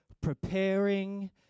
preparing